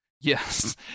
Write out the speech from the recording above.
Yes